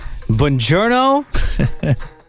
Buongiorno